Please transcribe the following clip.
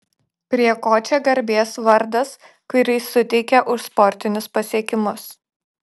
prie ko čia garbės vardas kurį suteikė už sportinius pasiekimus